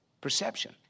Perception